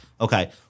Okay